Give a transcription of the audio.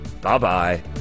Bye-bye